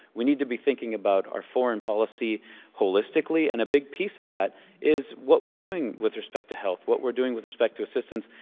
we need to be thinking about our foreign policy holistically, and a big piece of that is what we're doing with respect to health, what we're doing with respect to assistance,